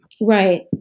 right